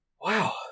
Wow